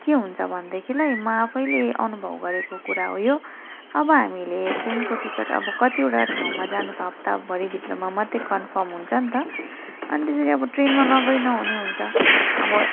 के हुन्छ भन्देखिलाई म आफैले अनुभव गरेको कुरा हो यो अब हामीले ट्रेनको टिकट अब कतिवटा ठाउँमा जानु त हप्ताभरिभित्रमा मात्रै कन्फर्म हुन्छ नि त अनि त्यसरी अब ट्रेनमा नगई नहुने हुन्छ अब